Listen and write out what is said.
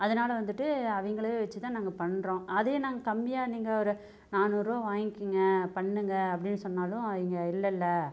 அதனால் வந்துவிட்டு அவங்களே வச்சு தான் நாங்கள் பண்ணுறோம் அதையே நாங்கள் கம்மியாக நீங்கள் ஒரு நாநூறுரூவா வாங்கிக்கங்க பண்ணுங்கள் அப்படின்னு சொன்னாலும் இல்லைல்ல